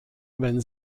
wenn